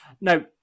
now